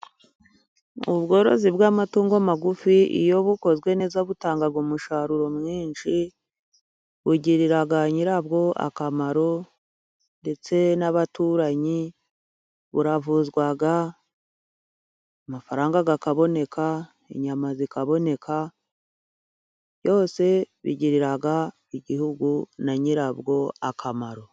Ubworozi bw'amatungo magufi，iyo bukozwe neza butanga umusaruro mwinshi， bugirira nyirabwo akamaro， ndetse n'abaturanyi，buravuzwa， amafaranga akaboneka， inyama zikaboneka，byose bigirira igihugu na nyirabwo akamaro.